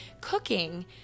cooking